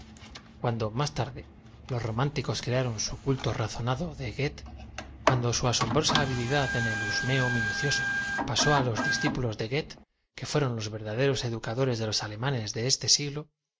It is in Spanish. cuando más ta r de los románticos crearon su culto razonado de goe the cuando su asombrosa habilidad en el husmeo m i nucioso pasó á los discípulos de goethe que fueron los verdaderos educadores de los alemanes de este si